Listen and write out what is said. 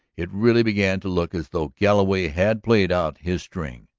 it really began to look as though galloway had played out his string.